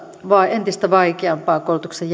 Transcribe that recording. entistä vaikeampaa koulutuksen